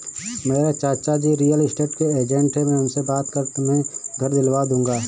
मेरे चाचाजी real estate के एजेंट है मैं उनसे बात कर तुम्हें घर दिलवा दूंगा